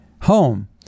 home